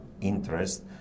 interest